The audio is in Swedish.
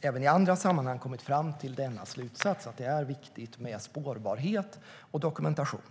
även i andra sammanhang kommit fram till denna slutsats: Det är viktigt med spårbarhet och dokumentation.